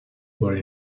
were